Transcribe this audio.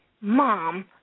Mom